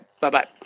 bye-bye